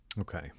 Okay